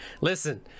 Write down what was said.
listen